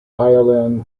violin